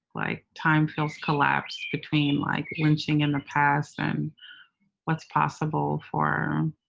like time feels collapse between like lynching in the past and what's possible for